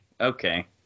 Okay